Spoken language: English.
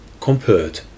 compared